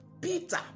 Peter